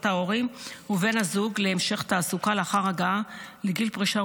ההורים ובן הזוג להמשך תעסוקה לאחר הגעה לגיל פרישה,